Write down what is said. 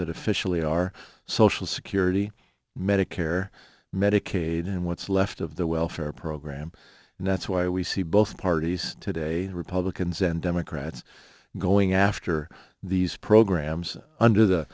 that officially are social security medicare medicaid and what's left of the welfare program and that's why we see both parties today republicans and democrats going after these programs under the